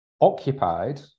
occupied